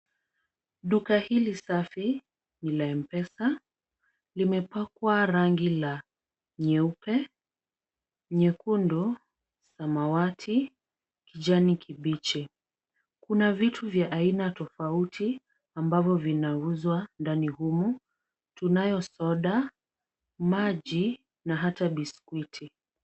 Duka hili safi ni la mpesa. Limepakwa rangi la nyeupe, nyekundu, samawati, kijani kibichi. Kuna vitu vya aina tofauti ambavyo vinauzwa ndani humu. Tunayo soda, maji na ata biskwiti.